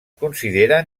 consideren